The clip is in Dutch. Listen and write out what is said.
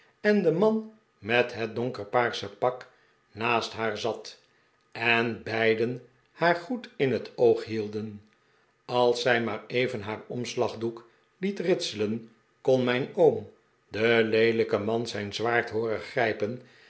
en de man met het donkerpaarse pak naast haar zat en beiden haar goed in het oog hielden als zij maar even haar omslagdoek liet jitselen kon mijn oom den leelijken man zijn zwaard hooren grijpen